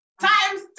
Times